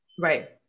Right